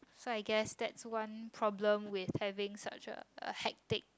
so I guess that's one problem with having such a a hectic